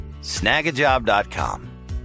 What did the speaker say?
Snagajob.com